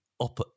up